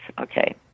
okay